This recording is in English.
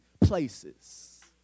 places